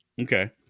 Okay